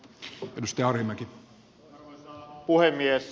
arvoisa puhemies